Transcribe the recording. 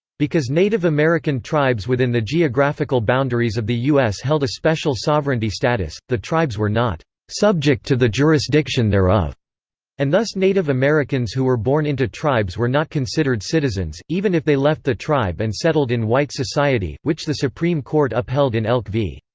because native american tribes within the geographical boundaries of the u s. held a special sovereignty status, the tribes were not subject to the jurisdiction thereof and thus native americans who were born into tribes were not considered citizens, even if they left the tribe and settled in white society, which the supreme court upheld in elk v.